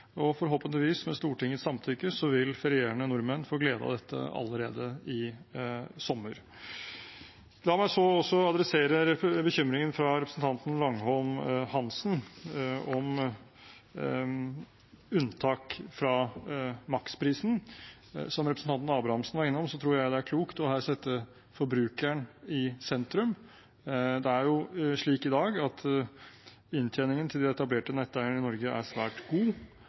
– forhåpentligvis – vil ferierende nordmenn få glede av dette allerede i sommer. La meg så adressere bekymringen fra representanten Langholm Hansen om unntak fra maksprisen. Som representanten Abrahamsen var innom, tror jeg det er klokt å sette forbrukeren i sentrum. I dag er inntjeningen til de etablerte netteierne i Norge svært god.